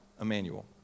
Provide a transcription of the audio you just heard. Emmanuel